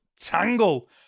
Tangle